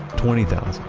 twenty thousand,